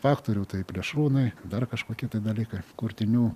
faktorių tai plėšrūnai dar kažkokie tai dalykai kurtinių